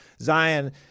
Zion